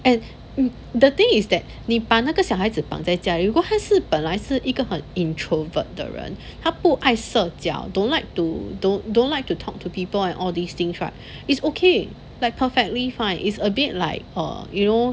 and the thing is that 你把那个小孩子绑在家里如果他是本来是一个很 introvert 的人他不爱社交 don't like to don't don't like to talk to people and all these things right it's okay like perfectly fine it's a bit like err you know